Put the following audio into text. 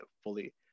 fully